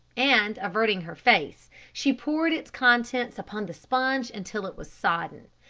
and averting her face, she poured its contents upon the sponge until it was sodden,